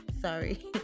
sorry